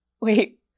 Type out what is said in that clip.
wait